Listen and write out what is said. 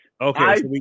Okay